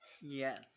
Yes